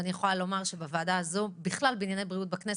ואני יכולה לומר שבוועדה הזו ובכלל בענייני בריאות בכנסת,